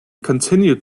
continued